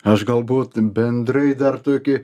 aš galbūt bendrai dar tokį